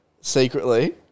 Secretly